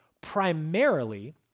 primarily